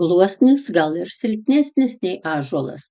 gluosnis gal ir silpnesnis nei ąžuolas